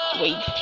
wait